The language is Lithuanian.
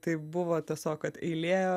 tai buvo tiesiog kad eilė